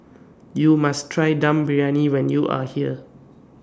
YOU must Try Dum Briyani when YOU Are here